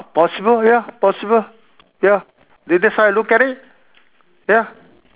possible ya possible ya that that's why I look at it ya